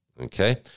okay